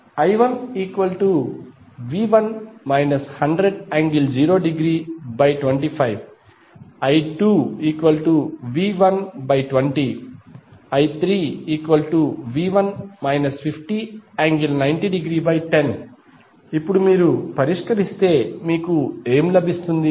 I1V1 100∠0°25 I2V120 I3V1 50∠90°10 ఇప్పుడు మీరు పరిష్కరిస్తే మీకు ఏమి లభిస్తుంది